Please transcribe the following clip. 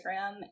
Instagram